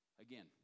Again